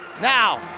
Now